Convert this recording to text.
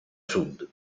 sud